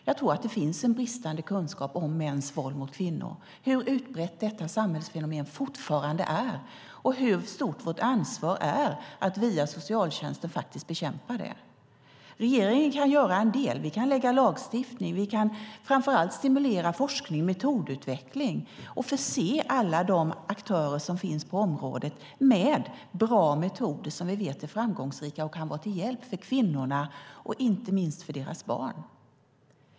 Jag tror att det finns en bristande kunskap om mäns våld mot kvinnor, hur utbrett detta samhällsfenomen fortfarande är och hur stort vårt ansvar är att via socialtjänsten faktiskt bekämpa det. Regeringen kan göra en del. Vi kan ta fram lagstiftning, och vi kan framför allt stimulera forskning och metodutveckling och förse alla de aktörer som finns på området med bra metoder som vi vet är framgångsrika och kan vara till hjälp för kvinnorna och inte minst deras barn.